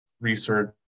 research